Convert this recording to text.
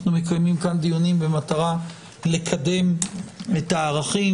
אנחנו מקיימים כאן דיונים במטרה לקדם את הערכים